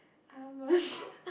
how much